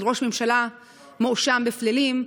של ראש ממשלה מואשם בפלילים,